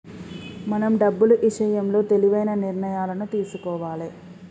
మనం డబ్బులు ఇషయంలో తెలివైన నిర్ణయాలను తీసుకోవాలే